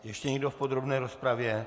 Ještě někdo v podrobné rozpravě?